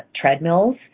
treadmills